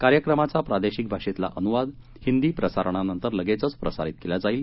कार्यक्रमाचा प्रादेशिक भाषेतला अनुवाद हिंदी प्रसारणानंतर लगेचच प्रसारित केला जाईल